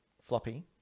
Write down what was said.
Floppy